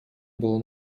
было